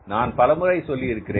நான் பலமுறை சொல்லியிருக்கிறேன்